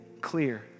clear